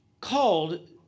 called